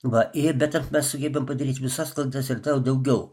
va ir bet ant mes sugebam padaryt visas klaidas ir tau daugiau